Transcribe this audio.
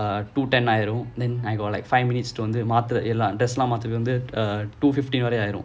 ah two ten ஆயிரும்:aayirom then I got like five minutes வந்து மாத்துறதுக்கு:vanthu maathurathukku dress மாத்துறதுக்கு:maathurathukku err two fifteen then ஆயிரும்:aayirum